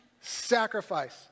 sacrifice